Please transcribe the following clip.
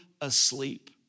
asleep